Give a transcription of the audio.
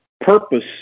purpose